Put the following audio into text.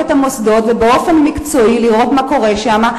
את המוסדות ובאופן מקצועי לראות מה קורה שם,